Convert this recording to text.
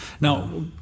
Now